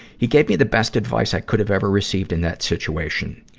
he gave me the best advice i could have ever received in that situation.